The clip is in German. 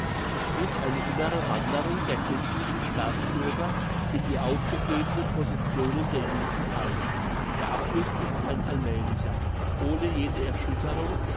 es tritt eine innere wanderung der christlichen staatsbürger in die aufgegebenen positionen der juden ein der abfluss ist ein allmäliger ohne jede erschütterung